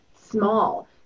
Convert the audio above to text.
small